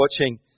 watching